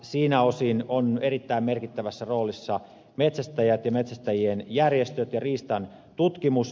siltä osin ovat erittäin merkittävässä roolissa metsästäjät ja metsästäjien järjestöt ja riistantutkimus